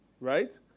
right